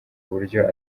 buryo